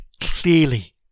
clearly